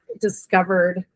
discovered